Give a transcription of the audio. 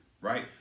right